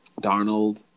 Darnold